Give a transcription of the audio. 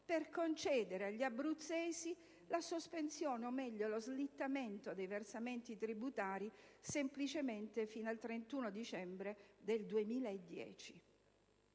per concedere agli abruzzesi la sospensione, o meglio lo slittamento dei versamenti tributari solo fino al 31 dicembre 2010.